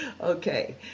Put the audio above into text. okay